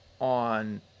on